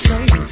say